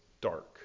dark